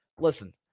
Listen